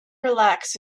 relax